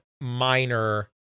minor